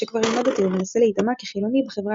שכבר אינו דתי ומנסה להיטמע כחילוני בחברה